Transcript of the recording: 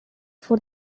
for